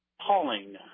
Pauling